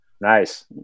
Nice